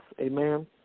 amen